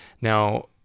Now